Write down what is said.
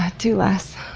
ah do less.